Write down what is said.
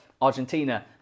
Argentina